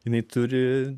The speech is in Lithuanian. jinai turi